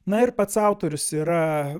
na ir pats autorius yra